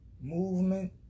movement